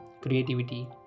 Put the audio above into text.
creativity